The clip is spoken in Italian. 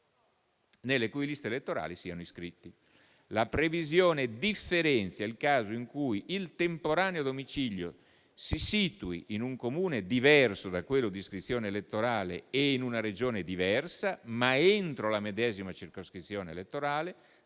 nelle cui liste elettorali siano iscritti. La previsione differenzia il caso in cui il temporaneo domicilio si situi in un Comune diverso da quello di iscrizione elettorale e in una Regione diversa, ma entro la medesima circoscrizione elettorale,